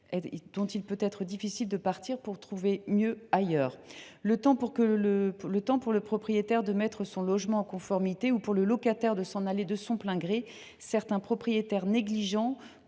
dont il peut être difficile de partir pour trouver mieux ailleurs. Le temps pour le propriétaire de mettre son logement en conformité ou pour le locataire de s’en aller de son plein gré, certains propriétaires négligents